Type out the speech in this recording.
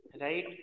right